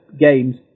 games